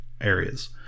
areas